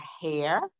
hair